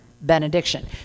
benediction